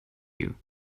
you